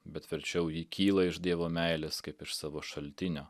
bet verčiau ji kyla iš dievo meilės kaip iš savo šaltinio